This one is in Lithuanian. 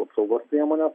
apsaugos priemones